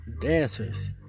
dancers